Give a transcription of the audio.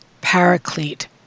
Paraclete